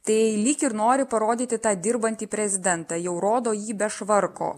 tai lyg ir nori parodyti tą dirbantį prezidentą jau rodo jį be švarko